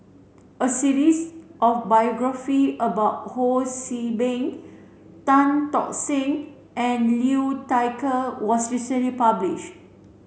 a series of biography about Ho See Beng Tan Tock Seng and Liu Thai Ker was recently publish